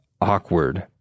awkward